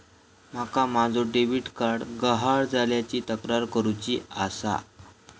माका माझो debit card गहाळ झाल्याची तक्रार करुची आसा